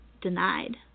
denied